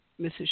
Mrs